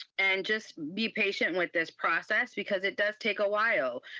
and just be patient with this process, because it does take a while.